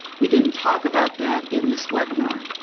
we didn't talk about that in this webinar.